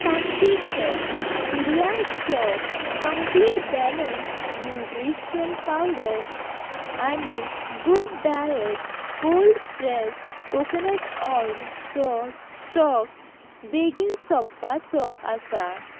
ताकतीक कर PediaSure complete balanced nutrition powder आनीक good diet cold pressed coconut ऑयलचो स्टॉक बेगीन सोंपपाचो आसा